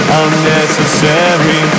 unnecessary